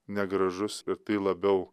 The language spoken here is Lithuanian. negražus ir tai labiau